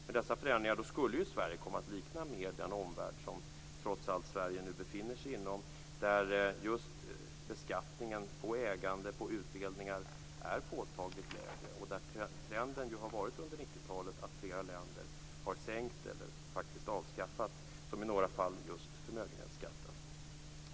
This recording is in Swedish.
Med dessa förändringar skulle Sverige komma att mer likna den omvärld som Sverige befinner sig inom och där just beskattningen på ägande och på utdelningar är påtagligt lägre och där trenden under 90-talet varit att fler länder har sänkt eller avskaffat förmögenhetsskatten.